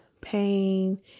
pain